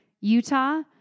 Utah